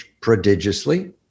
prodigiously